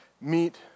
meet